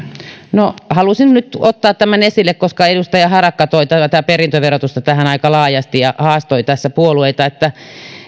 no halusin nyt ottaa tämän esille koska edustaja harakka toi tätä perintöverotusta tähän aika laajasti ja haastoi tässä puolueita